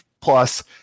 plus